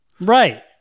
Right